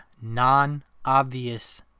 non-obvious